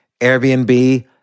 Airbnb